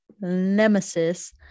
nemesis